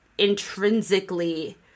intrinsically